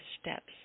steps